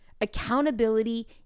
accountability